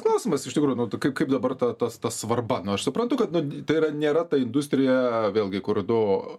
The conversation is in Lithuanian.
klausimas iš tikrųjų nu tai kaip kaip dabar ta ta ta svarba nu aš suprantu kad nu tai yra nėra ta industrija vėlgi kur nu